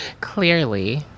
clearly